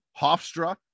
Hofstra